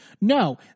No